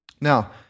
Now